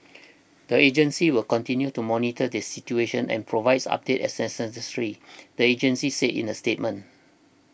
the agency will continue to monitor the situation and provide updates as necessary the agency said in a statement